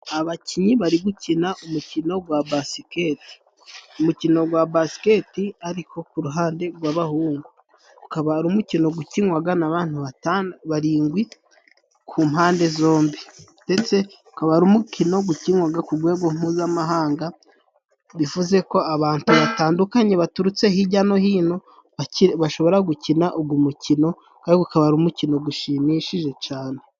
Abakinnyi bari gukina umukino gwa basiketi, umukino gwa basiketi ariko ku ruhande rw'abahungu, ukaba ari umukino gukinwaga n'abantu barindwi ku mpande zombi, ndetse ukaba ari umukino gukinwaga ku rwego mpuzamahanga. Bivuze ko abatu batandukanye baturutse hirya no hino bashobora gukina uyu mukino kandi ukaba umukino ushimishije cane.